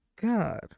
God